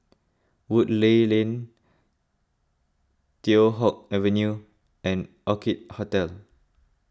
Woodleigh Lane Teow Hock Avenue and Orchid Hotel